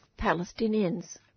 Palestinians